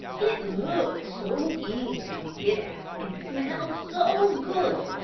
it looks so easy to get at and smells so good,